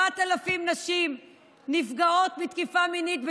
4,000 נשים נפגעות מתקיפה מינית בשנה,